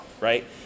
right